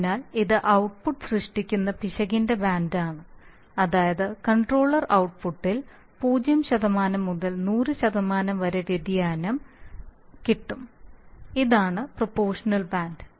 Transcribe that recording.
അതിനാൽ ഇത് ഔട്ട്പുട്ട് സൃഷ്ടിക്കുന്ന പിശകിന്റെ ബാൻഡാണ് അതായത് കൺട്രോളർ ഔട്ട്പുട്ടിൽ 0 മുതൽ 100 വരെ വ്യതിയാനം കിട്ടും ഇതാണ് പ്രൊപോഷണൽ ബാൻഡ്